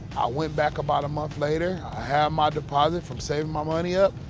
went back about a month later. i my deposit from saving my money up.